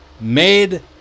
Made